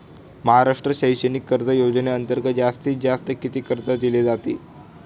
महाराष्ट्र शैक्षणिक कर्ज योजनेअंतर्गत जास्तीत जास्त किती कर्ज दिले जाते?